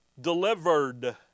delivered